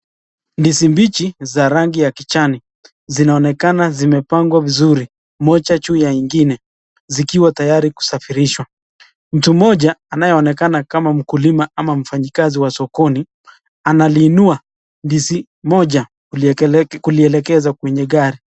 Ndizi mbichi za rangi ya kijani zinaonekana zimepangwa vizuri moja juu ya ingine zikiwa tayari kusafirishwa. Mtu mmoja anayeonekana kama mkulima ama mfanyikazi wa sokoni analiinua ndizi moja kulielekeza kwenye gari.